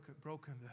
broken